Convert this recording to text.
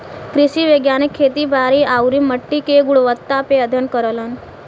कृषि वैज्ञानिक खेती बारी आउरी मट्टी के गुणवत्ता पे अध्ययन करलन